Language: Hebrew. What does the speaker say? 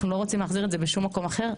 אנחנו לא רוצים להחזיר את זה בשום מקום אחר,